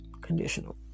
conditional